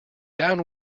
down